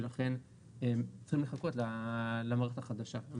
ולכן צריכים לחכות למערכת החדשה.